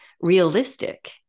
realistic